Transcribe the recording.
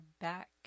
back